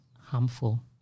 harmful